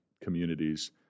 communities